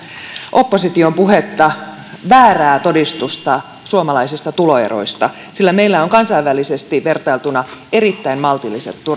opposition puhetta väärää todistusta suomalaisista tuloeroista sillä meillä on kansainvälisesti vertailtuna erittäin maltilliset